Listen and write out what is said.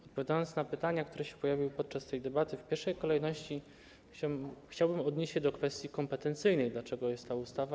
Odpowiadając na pytania, które się pojawiły podczas tej debaty, w pierwszej kolejności chciałbym odnieść się do kwestii kompetencyjnej, dlaczego jest ta ustawa.